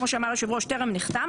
כמו שאמר היושב-ראש הוא טרם נחתם,